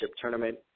tournament